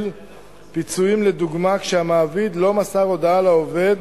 פיצויים לדוגמה כשהמעביד לא מסר הודעה לעובד